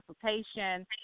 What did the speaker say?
consultation